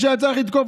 כשהיה צריך לתקוף,